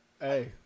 Hey